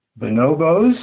bonobos